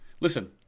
listen